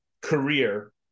career